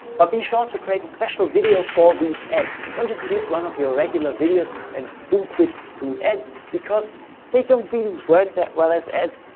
but be sure to create a special video for these ads. don't just use one of your regular videos and boost it through ads because they don't really work that well as ads.